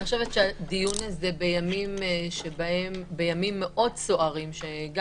אני חושבת שהדיון הזה בימים מאוד סוערים שגם